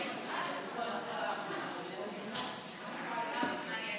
כעת הוא רע